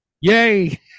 yay